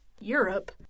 Europe